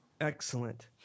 Excellent